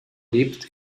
lebt